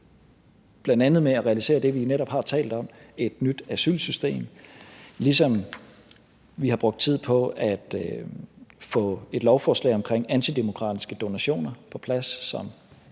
bl.a. med at realisere det, vi netop har talt om, nemlig et nyt asylsystem. Vi har også brugt tid på at få et lovforslag om antidemokratiske donationer på plads. Det